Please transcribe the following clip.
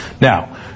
Now